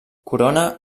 corona